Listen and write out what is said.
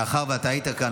מאחר שהיית כאן,